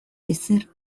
ezer